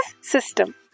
system